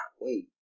Wait